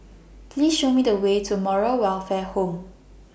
Please Show Me The Way to Moral Welfare Home